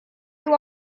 you